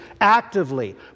actively